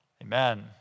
Amen